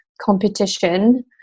competition